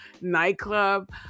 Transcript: nightclub